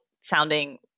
sounding